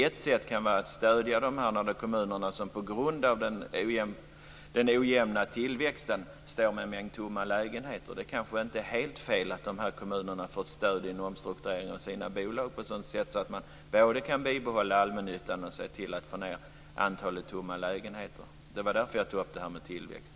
Ett sätt kan vara att stödja de kommuner som på grund av den ojämna tillväxten står med en mängd tomma lägenheter. Det kanske inte är helt fel att de kommunerna får stöd vid en omstrukturering av sina bolag på ett sådant sätt att man både kan behålla allmännyttan och se till att få ned antalet tomma lägenheter. Det var därför jag tog upp det här med tillväxt.